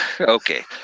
Okay